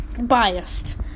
biased